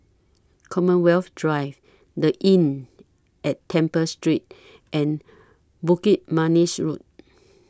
Commonwealth Drive The Inn At Temple Street and Bukit Manis Road